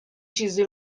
چیزی